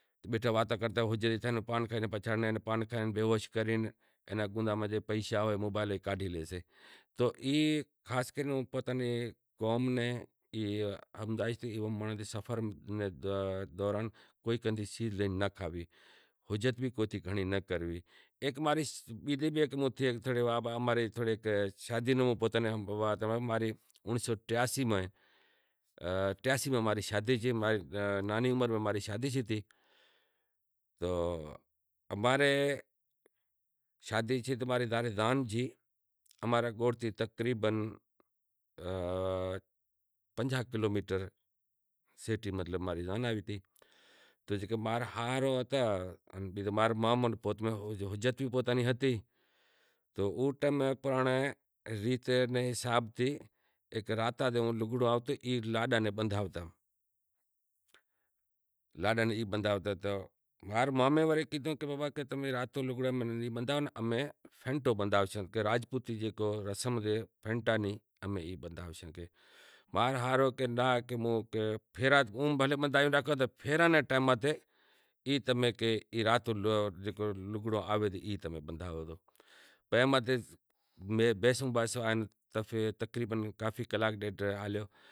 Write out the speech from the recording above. تو او پان ٹافی جاں بیزی کوئی سیز کھورائے بیہوش کرے پیشا موبائیل آن بیزی سیزیں کاڈھی زائیں، ایئے سفر دوران کوئی سیز لئی ناں کھائو، ماں نی شادی نی پوتانی وات ہنبھرانڑاں اونڑیہہ سو ٹیاسی میں ماں ری شادی تھی، نانہی عمر میں ماں ری شادی تھی تو اماں رے شادی تھی تو ماں ری زان گئی، اماں رے گوٹھ تھیں تقریبن پنجاہ کلومیٹر شیٹی ماں ری زان آوی تی۔ تو ماں رو مامو او ٹیم پرانڑے ریت تے حساب تھی ہیک رات لاڈاں ناں لگڑا بندھاوتا لاڈاں ناں ای بندھاوتا ماں رے مامے کیدہو کہ تاں ناں لگڑے نی جگا پھینٹو بدھاوشاں راجپوتاں نی رسم کرشاں ماں رو ہاہرو کہے ہوے بھلیں باندھو پنڑ پھیرے رے ٹیماں متھے ای لگڑو تمیں بندھیا میں ماتھے تقریبن کافی